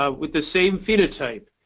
ah with the same phenotype,